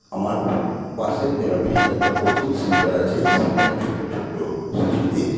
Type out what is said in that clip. আমার পাশের গ্রামে একটা কোচিং সেন্টার আছে সেইখানে ছোট্ট ছোট্ট শিশুদের